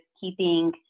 keeping